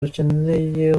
dukeneye